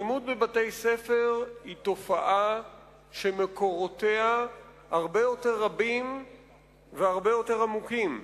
אלימות בבתי-ספר היא תופעה שמקורותיה הרבה יותר רבים והרבה יותר עמוקים.